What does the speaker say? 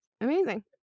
Amazing